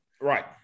Right